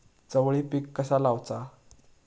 चवळी पीक कसा लावचा?